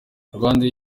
rwandair